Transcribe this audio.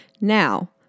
Now